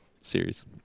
series